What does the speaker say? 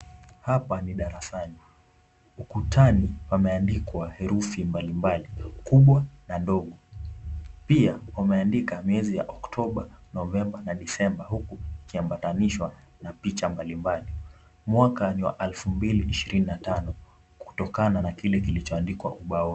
Hapa ni darasani. Ukutani pameandikwa herufi mbalimbali, kubwa na ndogo. Pia wameandika mwezi wa October, November na December, hyku ikiambatanishwa na picha mbalimbali. Mwaka niwa 2025 kutokana na kilichoandikwa ubaoni.